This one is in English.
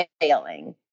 failing